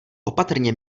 opatrně